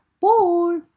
Bye